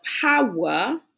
power